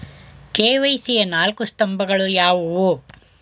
KYC ಯ ನಾಲ್ಕು ಸ್ತಂಭಗಳು ಯಾವುವು?